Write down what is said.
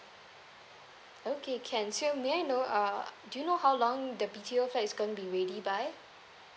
okay can so may I know uh do you know how long the B_T_O flat is gonna be ready by